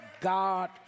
God